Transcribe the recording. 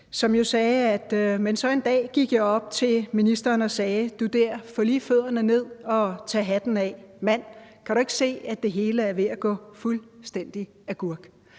jo sagde: »Men så en dag gik jeg op til ministeren og sagde:/Du der, få lige fødderne ned, og tag hatten af./Mand, kan du ikke se, at det hele er ved at gå fuldstændig agurk?«